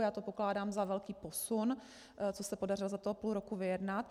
Já to pokládám za velký posun, co se podařilo za toho půl roku vyjednat.